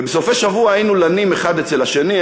ובסופי-שבוע היינו לנים האחד אצל השני.